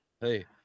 hey